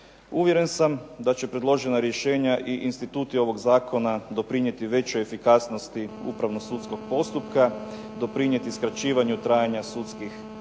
Uvjeren sam da će predložena rješenja i instituti ovog zakona doprinijeti većoj efikasnosti upravno sudskog postupka, doprinijeti skraćivanju trajanja sudskih postupaka,